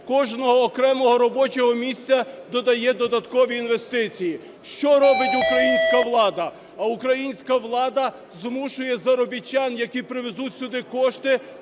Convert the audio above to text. кожного окремого робочого місця додає додаткові інвестиції. Що робить українська влада? А українська влада змушує заробітчан, які привезуть сюди кошти,